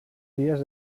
dies